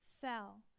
fell